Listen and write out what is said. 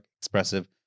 expressive